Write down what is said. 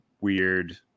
weird